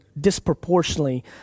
disproportionately